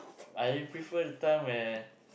I prefer the time where